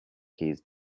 keys